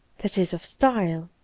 that is, of style.